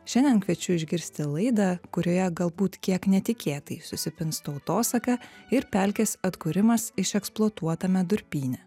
šiandien kviečiu išgirsti laidą kurioje galbūt kiek netikėtai susipins tautosaka ir pelkės atkūrimas išeksploatuotame durpyne